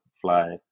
fly